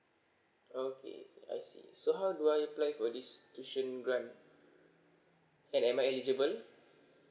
okay I see so how do I apply for this tuition grant and am I eligible